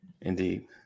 Indeed